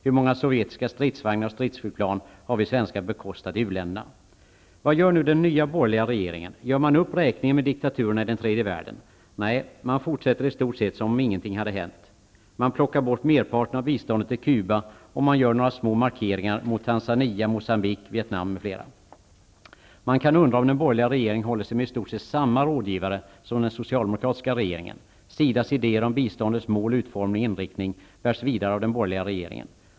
Hur många sovjetiska stridsvagnar och stridsflygplan har vi svenskar bekostat i u-länderna? Vad gör nu den nya borgerliga regeringen? Gör man upp räkningen med diktaturerna i den tredje världen? Nej, man fortsätter i stort sett som om ingenting hänt. Man plockar bort merparten av biståndet till Cuba, och man gör några små markeringar mot bl.a. Tanzania, Moçambique och Vietnam. Man kan undra om den borgerliga regeringen håller sig med i stort sett samma rådgivare som den socialdemokratiska regeringen. SIDA:s idéer om biståndets mål, utformning och inriktning bärs vidare av den borgerliga regeringen.